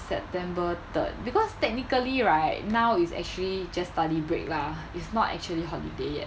september third because technically right now is actually just study break lah it's not actually holiday yet